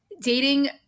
dating